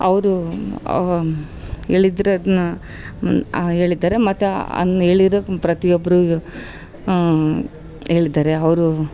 ಅವರು ಹೇಳಿದರೆ ಅದನ್ನ ಆ ಹೇಳಿದ್ದಾರೆ ಮತ್ತು ಅನ್ ಹೇಳಿರೋಕೆ ಪ್ರತಿಯೊಬ್ಬರು ಈಗ ಹೇಳಿದ್ದಾರೆ ಅವ್ರು